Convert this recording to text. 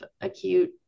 acute